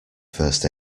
first